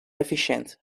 efficiënt